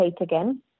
again